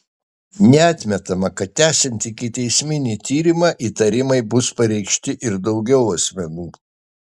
neatmetama kad tęsiant ikiteisminį tyrimą įtarimai bus pareikšti ir daugiau asmenų